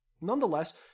Nonetheless